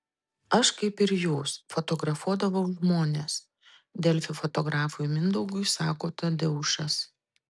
aš kaip ir jūs fotografuodavau žmones delfi fotografui mindaugui sako tadeušas